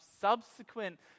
subsequent